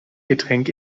getränk